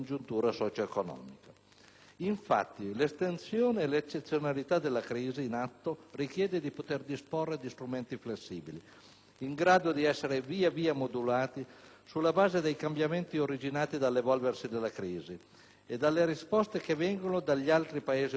L'estensione e l'eccezionalità della crisi in atto richiede, infatti, di poter disporre di strumenti flessibili in grado di essere via via modulati sulla base dei cambiamenti originati dall'evolversi della crisi e dalle risposte che vengono dagli altri Paesi europei e non,